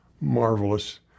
marvelous